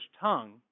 tongue